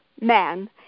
man